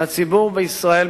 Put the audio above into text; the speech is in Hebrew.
לציבור בישראל,